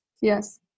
Yes